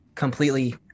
completely